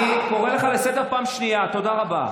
תודה רבה.